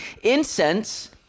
incense